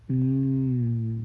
mm